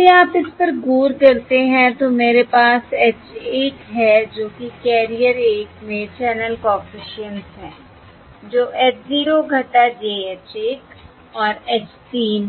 अब यदि आप इस पर गौर करते हैं तो मेरे पास H 1 है जो कि कैरियर 1 में चैनल कॉफिशिएंट्स है जो h 0 - j h 1 और H 3